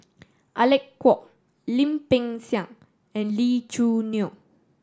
Alec Kuok Lim Peng Siang and Lee Choo Neo